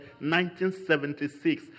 1976